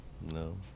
No